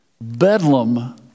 Bedlam